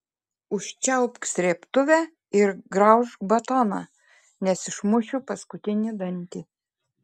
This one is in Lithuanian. užčiaupk srėbtuvę ir graužk batoną nes išmušiu paskutinį dantį